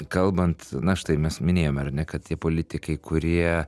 kalbant na štai mes minėjome ar ne kad tie politikai kurie